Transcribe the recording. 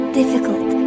difficult